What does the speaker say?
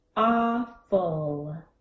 awful